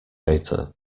data